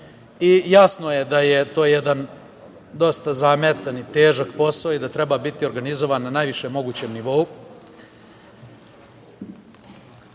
Jasno je da je to jedan dosta zametan i težak posao i da treba biti organizovan na najvišem mogućem